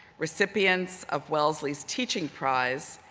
recipients of wellesley's teaching prize,